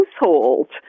households